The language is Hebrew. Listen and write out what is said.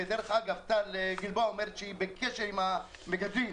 ואגב, טל גלבוע אומרת שהיא בקשר עם המגדלים.